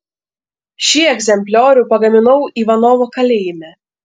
šį egzempliorių pagaminau ivanovo kalėjime